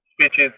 speeches